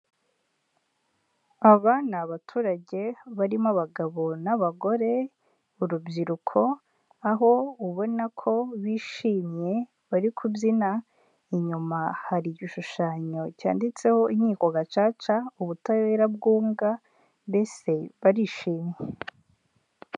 Aba ni abaturage barimo abagabo n'abagore, urubyiruko. Aho ubona ko bishimye bari kubyina, inyuma hari igishushanyo cyanditseho inkiko gacaca ubutabera bwunga, mbese barishimye.